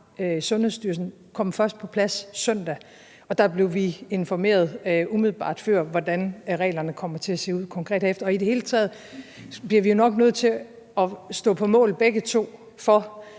Sundhedsstyrelsen kom først på plads søndag, og der blev vi informeret umiddelbart før om, hvordan reglerne kom til at se ud konkret herefter. I det hele taget bliver vi jo begge to nok nødt til at stå på mål for,